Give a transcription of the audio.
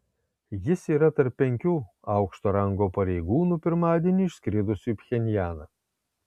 jis yra tarp penkių aukšto rango pareigūnų pirmadienį išskridusių į pchenjaną